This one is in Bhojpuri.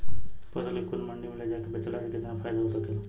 फसल के खुद मंडी में ले जाके बेचला से कितना फायदा हो सकेला?